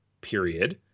period